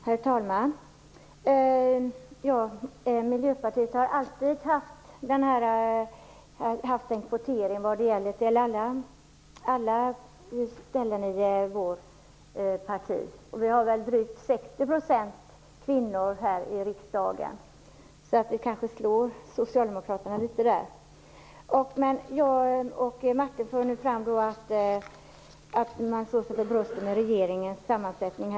Herr talman! Vi i Miljöpartiet har alltid haft kvotering till alla platser i vårt parti. Vi har drygt 60 % kvinnor i riksdagen. Vi slår kanske Socialdemokraterna litet. Martin Nilsson slår sig för bröstet när det gäller regeringens sammansättning.